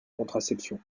contraception